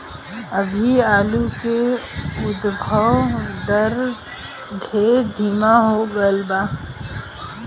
अभी आलू के उद्भव दर ढेर धीमा हो गईल बा